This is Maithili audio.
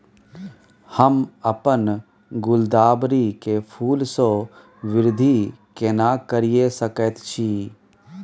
हम अपन गुलदाबरी के फूल सो वृद्धि केना करिये सकेत छी?